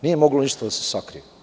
Nije moglo ništa da se sakrije.